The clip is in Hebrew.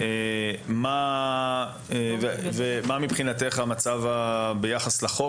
מה מבחינתך המצב ביחס לחוק?